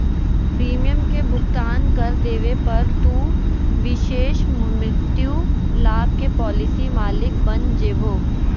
premium के भुगतान कर देवे पर, तू विशेष मृत्यु लाभ के पॉलिसी मालिक बन जैभो